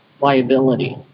liability